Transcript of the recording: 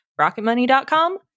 Rocketmoney.com